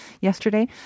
yesterday